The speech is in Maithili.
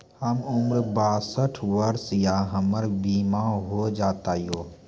हमर उम्र बासठ वर्ष या हमर बीमा हो जाता यो?